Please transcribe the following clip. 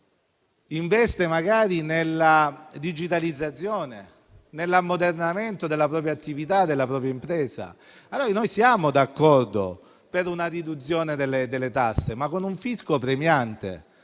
investe nella digitalizzazione e nell'ammodernamento della propria attività o propria impresa. Siamo d'accordo su una riduzione delle tasse, ma con un fisco premiante